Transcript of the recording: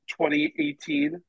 2018 –